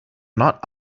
not